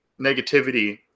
negativity